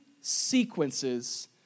sequences